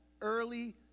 early